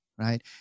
Right